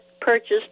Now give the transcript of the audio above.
purchased